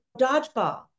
dodgeball